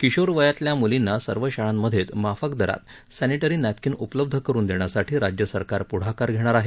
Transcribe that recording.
किशोर वयातल्या मुलींना सर्व शाळांमधेच माफक दरात सॅनिञी नॅपकीन उपलब्ध करून देण्यासाठी राज्य सरकार पुढाकार घेणार आहे